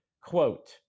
quote